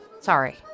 Sorry